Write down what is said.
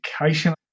education